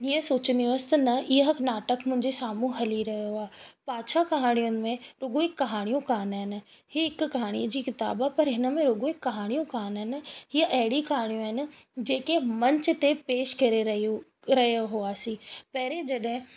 हीअं सोचंदी हुअसि त न ईअं नाटक मुंहिंजे साम्हूं हली रहियो आहे पाछा कहाणियुनि में रुगो कोई कहाणियूं कोन आहिनि हीअ हिकु कहाणीअ जी किताब पर हिन में रुगो ई कहाणियूं कोन इहे अहिड़ी कहाणियूं आहिनि जेके मंच ते पेश करे रहियूं रहियो हुआसी पहिरियों जॾहिं